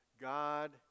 God